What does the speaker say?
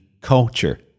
culture